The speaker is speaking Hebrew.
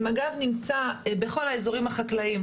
מג"ב נמצא בכל האזורים החקלאיים.